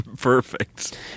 Perfect